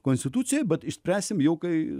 konstituciją bet išspręsime jau kai